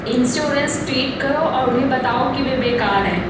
insurance tweet करो और उन्हें बताओ कि वे बेकार हैं